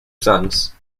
sons